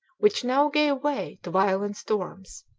which now gave way to violent storms,